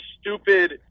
stupid